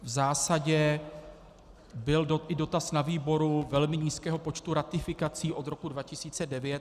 V zásadě byl i dotaz na výboru velmi nízkého počtu ratifikací od roku 2009.